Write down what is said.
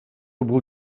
бул